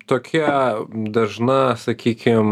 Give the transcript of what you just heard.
tokia dažna sakykim